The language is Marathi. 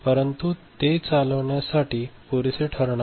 परंतु हे चालविण्यास पुरेसे ठरणार नाही